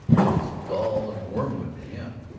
it's gall and wormwood to him.